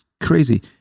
crazy